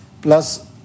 Plus